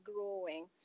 growing